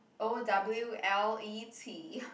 O W L E t